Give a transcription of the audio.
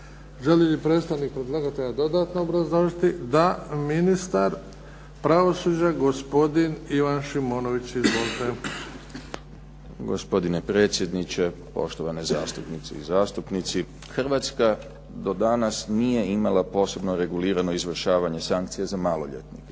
Želi li predstavnik predlagatelja dodatno obrazložiti? Da. Ministar pravosuđa gospodin Ivan Šimonović, izvolite. **Šimonović, Ivan** Gospodine predsjedniče, poštovane zastupnice i zastupnici. Hrvatska do danas nije imala posebno regulirano izvršavanje sankcija za maloljetnike.